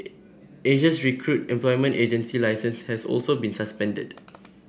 Asia's Recruit's employment agency licence has also been suspended